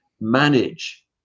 manage